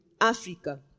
Africa